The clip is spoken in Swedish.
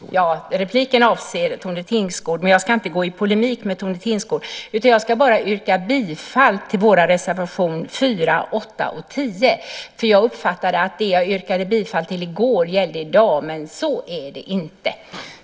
Herr talman! Repliken avser Tone Tingsgård, men jag ska inte gå i polemik med henne. Jag ska bara yrka bifall till våra reservationer 4, 8 och 10. Jag uppfattade det som att det jag yrkade bifall till i går gällde i dag, men så är det inte.